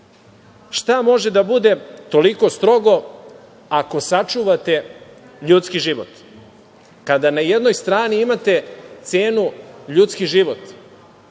može da bude toliko strogo ako sačuvate ljudski život, kada na jednoj strani imate cenu ljudski život?